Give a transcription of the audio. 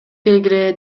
келгиле